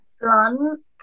Blunt